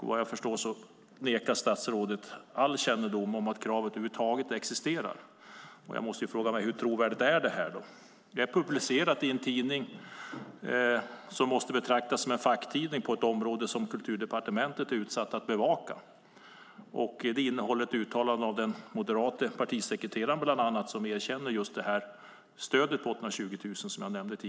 Såvitt jag förstår förnekar statsrådet all kännedom om existensen av ett sådant krav. Hur trovärdigt är då det här? Det är publicerat i en tidning som måste betraktas som en facktidning på ett område som Kulturdepartementet är satt att bevaka. Det innehåller bland annat ett uttalande av den moderate partisekreteraren där han erkänner att partiet mottagit stödet på 820 000.